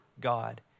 God